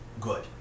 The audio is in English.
good